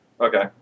Okay